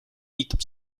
viitab